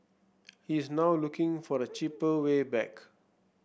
he is now looking for a cheaper way back